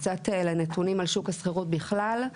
קצת לנתונים על שוק השכירות בכלל.